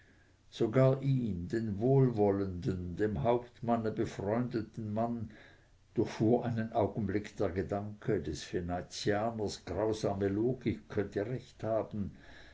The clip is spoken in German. sogar ihn den wohlwollenden dem hauptmanne befreundeten mann durchfuhr einen augenblick der gedanke des venezianers grausame logik könnte recht haben